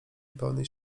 pełnej